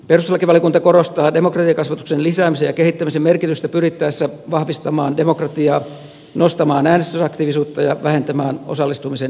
perustuslakivaliokunta korostaa demokratiakasvatuksen lisäämisen ja kehittämisen merkitystä pyrittäessä vahvistamaan demokratiaa nostamaan äänestysaktiivisuutta ja vähentämään osallistumisen eriarvoisuutta